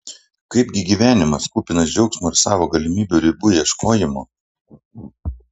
kaipgi gyvenimas kupinas džiaugsmo ir savo galimybių ribų ieškojimo